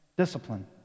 discipline